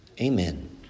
Amen